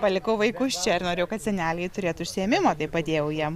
palikau vaikus čia ir norėjau kad seneliai turėtų užsiėmimą bei padėjau jiem